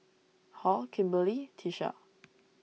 Hall Kimberley Tisha